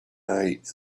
night